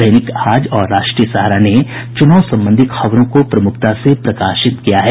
दैनिक आज और राष्ट्रीय सहारा ने चुनाव संबंधी खबरों को प्रमुखता से प्रकाशित किया है